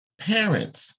parents